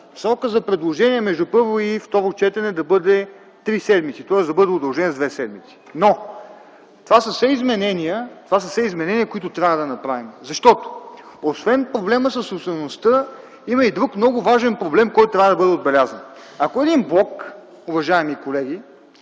срокът за предложения между първо и второ четене да бъде три седмици, тоест да бъде удължен с две седмици. Това са изменения, които трябва да направим. Освен проблема със собствеността има и друг много важен проблем, който трябва да бъде отбелязан. Ако един блок, уважаеми колеги,